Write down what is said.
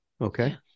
Okay